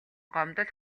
гомдол